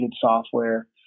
software